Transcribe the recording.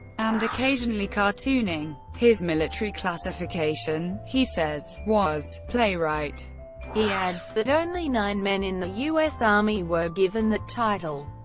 and occasionally cartooning. his military classification, he says, was playwright he adds that only nine men in the us army were given that title.